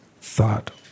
thought